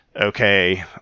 Okay